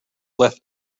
left